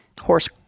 horse